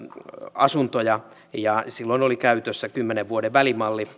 asuntoja ja silloin oli käytössä kymmenen vuoden välimalli